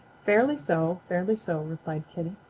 fairly so. fairly so, replied kitty.